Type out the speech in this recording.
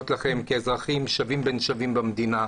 לכם כאזרחים שווים בין שווים במדינה.